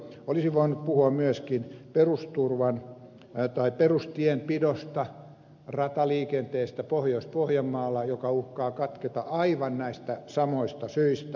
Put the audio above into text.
olisin voinut puhua myöskin perustienpidosta rataliikenteestä pohjois pohjanmaalla joka uhkaa katketa aivan näistä samoista syistä